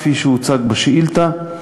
כפי שהוצג בשאילתה.